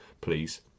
please